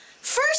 first